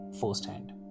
firsthand